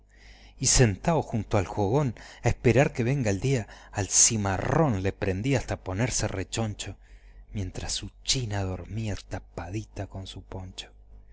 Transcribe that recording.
y sentao junto al jogón a esperar que venga el día al cimarrón le prendía hasta ponerse rechoncho mientras su china dormía tapadita con su poncho